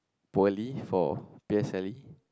poorly for P_S_L_E